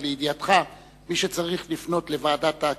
רק לידיעתך, מי שצריך לפנות אל ועדת הכנסת,